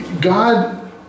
God